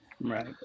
Right